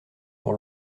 pour